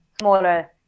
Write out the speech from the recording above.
smaller